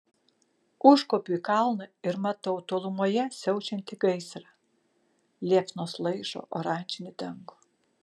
užkopiu į kalną ir matau tolumoje siaučiantį gaisrą liepsnos laižo oranžinį dangų